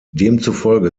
demzufolge